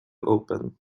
open